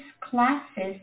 classes